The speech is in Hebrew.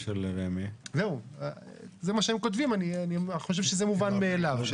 זה מה שהם כותבים, אני חושב שזה מובן מאליו.